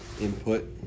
input